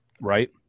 right